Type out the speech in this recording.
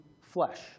flesh